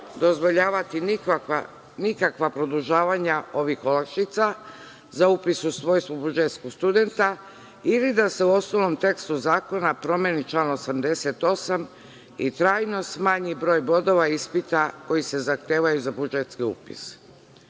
dozvoljavati nikakva produžavanja ovih olakšica za upis u svojstvu budžetskog studenta ili da se u osnovnom tekstu zakona promeni član 88. i trajno smanji broj bodova i ispita koji se zahtevaju za budžetski upis. Druga